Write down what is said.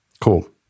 Cool